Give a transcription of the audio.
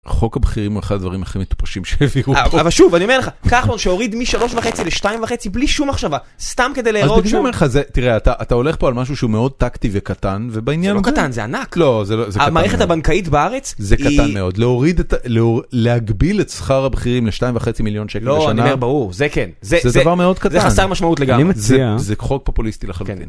חוק הבכירים הוא אחד הדברים הכי מטופשים שהעבירו פה, אבל שוב אני אומר לך, כחלון שהוריד משלוש וחצי לשתיים וחצי בלי שום מחשבה סתם כדי להיראות שום, תראה אתה הולך פה על משהו שהוא מאוד טקטי וקטן ובעניין, לא קטן זה ענק, המערכת הבנקאית בארץ, זה קטן מאוד להוריד, להגביל את שכר הבכירים לשתיים וחצי מיליון שקל בשנה, לא אני אומר ברור זה כן, זה דבר מאוד קטן, זה חסר משמעות לגמרי, אני מציע, זה חוק פופוליסטי לחלוטין.